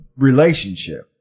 relationship